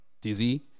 dizzy